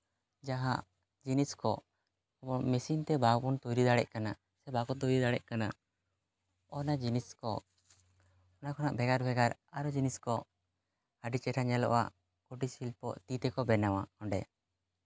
ᱡᱟᱦᱟᱸ ᱡᱤᱱᱤᱥ ᱠᱚ ᱢᱮᱥᱤᱱ ᱛᱮ ᱵᱟᱵᱚᱱ ᱛᱳᱭᱨᱤ ᱫᱟᱲᱮᱭᱟᱜ ᱠᱟᱱᱟ ᱥᱮ ᱵᱟᱠᱚ ᱛᱳᱭᱨᱤ ᱫᱟᱲᱮᱭᱟᱜ ᱠᱟᱱᱟ ᱚᱱᱟ ᱡᱤᱱᱤᱥ ᱠᱚ ᱚᱱᱟ ᱠᱷᱚᱱᱟᱜ ᱵᱷᱮᱜᱟᱨ ᱵᱷᱮᱜᱟᱨ ᱟᱨᱚ ᱡᱤᱱᱤᱥ ᱠᱚ ᱟᱹᱰᱤ ᱪᱮᱦᱨᱟ ᱧᱮᱞᱚᱜᱼᱟ ᱠᱩᱴᱤᱨ ᱥᱤᱞᱯᱚ ᱛᱤ ᱛᱮᱠᱚ ᱵᱮᱱᱟᱣᱟ ᱚᱸᱰᱮ